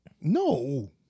No